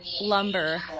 lumber